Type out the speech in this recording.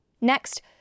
Next